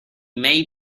may